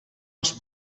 els